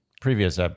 previous